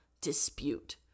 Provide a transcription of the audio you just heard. dispute